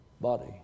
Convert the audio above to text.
body